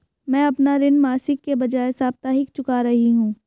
मैं अपना ऋण मासिक के बजाय साप्ताहिक चुका रही हूँ